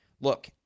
look